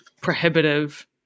prohibitive